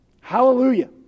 Hallelujah